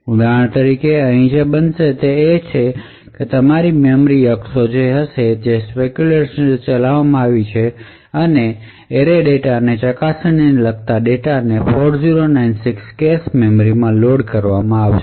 ઉદાહરણ તરીકે અહીં જે બનશે તે એ છે કે તમારી મેમરી અક્ષો હશે જે સ્પેકયુલેશન રીતે કરવામાં આવે છે અને એરે ડેટાને ચકાસણીને લગતા ડેટાને 4096 કેશ મેમરી માં લોડ કરવામાં આવશે